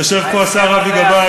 יושב פה השר אבי גבאי,